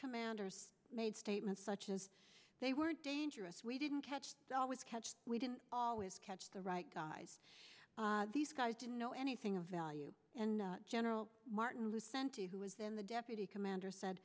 commanders made statements such as they were dangerous we didn't catch always catch we didn't always catch the right guys these guys didn't know anything of value and general martin luther n t who was then the deputy commander said